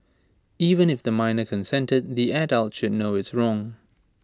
even if the minor consented the adult should know it's wrong